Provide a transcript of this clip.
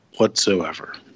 Whatsoever